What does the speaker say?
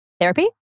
Therapy